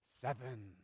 seven